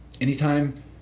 Anytime